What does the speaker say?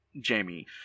Jamie